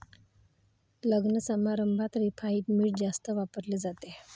लग्नसमारंभात रिफाइंड पीठ जास्त वापरले जाते